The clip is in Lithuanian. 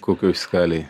kokioj skalėj